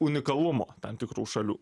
unikalumo tam tikrų šalių